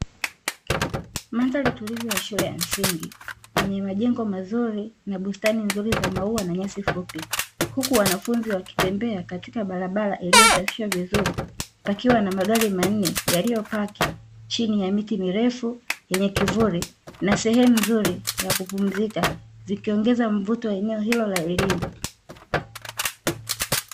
Mandhari tulivu ya shule ya msingi yenye majengo mazuri na bustani nzuri za maua na nyasi fupi. Huku wanafunzi wakitembea katika barabara iliyo safishwa vizuri, pakiwa na magari manne yaliyopaki chini ya miti mirefu yenye kivuli, na sehemu nzuri ya kupumzika zikiongeza mvuto wa eneo hilo la elimu.